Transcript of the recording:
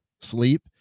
sleep